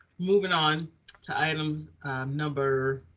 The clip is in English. moving on to items number.